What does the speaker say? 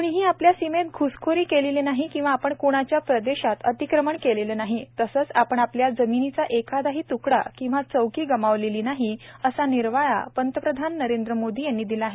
क्णीही आपल्या सीमेत घ्सखोरी केलेली नाही किंवा आपण क्णाच्या प्रदेशात अतिक्रमण केलेलं नाही तसच आपण आपल्या जमिनीचा एखादाही तुकडा किंवा चौकी गमावलेली नाही असा निर्वाळा प्रधामंत्री नरेंद्र मोदी यांनी दिला आहे